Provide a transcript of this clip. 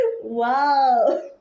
wow